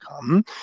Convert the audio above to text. come